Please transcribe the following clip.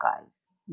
guys